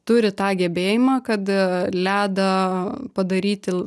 turi tą gebėjimą kad ledą padaryti